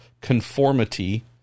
conformity